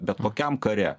bet kokiam kare